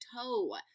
toe